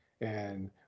and-